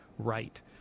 Right